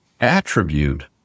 attribute